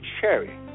Cherry